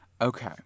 Okay